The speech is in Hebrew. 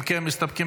אם כן, מסתפקים